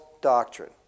doctrine